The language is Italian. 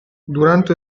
durante